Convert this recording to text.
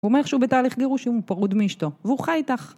הוא אומר שהוא בתהליך גירוש, אם הוא פרוד משתו, והוא חי איתך.